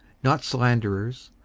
not slanderers,